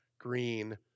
green